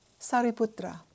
Sariputra